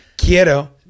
Quiero